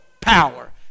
power